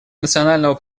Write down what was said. национального